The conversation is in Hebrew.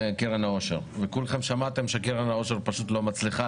לפני הקריאה השנייה והשלישית.